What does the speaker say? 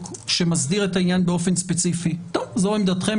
שמסדיר את העניין באופן ספציפי זו עמדתכם,